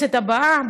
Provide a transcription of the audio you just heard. בכנסת הבאה,